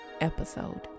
episode